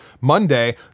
Monday